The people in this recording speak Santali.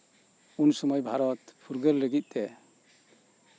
ᱩᱱᱥᱚᱢᱚᱭ ᱵᱷᱟᱨᱚᱛ ᱯᱷᱩᱨᱜᱟᱹᱞ ᱞᱟᱹᱜᱤᱫᱛᱮ